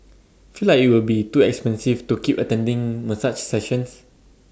feel like IT will be too expensive to keep attending massage sessions